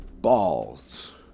balls